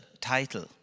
title